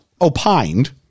opined